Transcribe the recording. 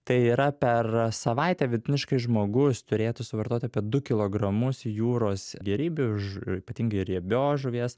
tai yra per savaitę vidutiniškai žmogus turėtų suvartot apie du kilogramus jūros gėrybių ž ypatingai riebios žuvies